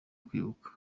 kwibuka